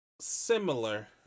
Similar